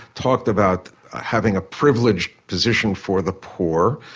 talked about having a privileged position for the poor.